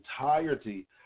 entirety